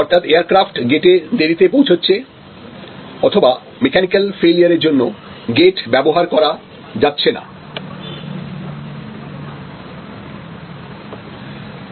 অর্থাৎ এয়ারক্রাফট গেটে দেরিতে পৌঁছাচ্ছে অথবা মেকানিক্যাল ফেলিওর জন্য গেট ব্যবহার করা যাচ্ছে না